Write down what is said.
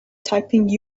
typing